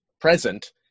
present